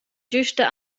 güsta